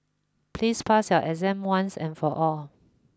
please pass your exam once and for all